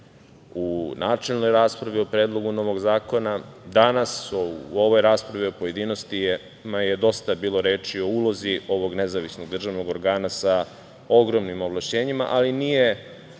u načelnoj raspravi o predlogu novog zakona, danas u ovoj raspravi u pojedinostima dosta je bilo reči o ulozi ovog nezavisnog državnog organa sa ogromnim ovlašćenjima, ali nije